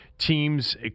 teams